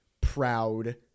proud